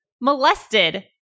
molested